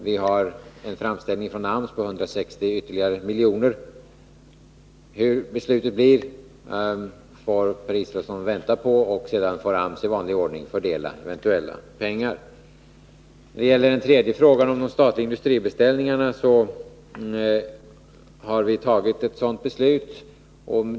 Vi har en framställning från AMS om ytterligare 160 miljoner, men Per Israelsson får vänta på beslutet, och sedan får AMS i vanlig ordning fördela de eventuella pengarna. I den tredje frågan, om de statliga industribeställningarna, har vi fattat ett sådant beslut.